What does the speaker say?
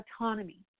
autonomy